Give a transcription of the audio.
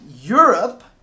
Europe